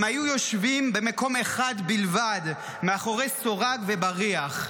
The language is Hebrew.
הם היו יושבים במקום אחד בלבד, מאחורי סורג ובריח.